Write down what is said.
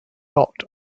not